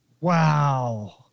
Wow